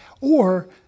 or-